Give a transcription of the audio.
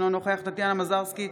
אינו נוכח טטיאנה מזרסקי,